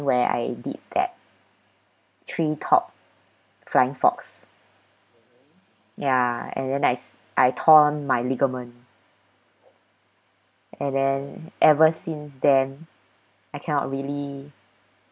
where I did that tree top flying fox ya and then I I tore my ligament and then ever since then I cannot really